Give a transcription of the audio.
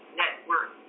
network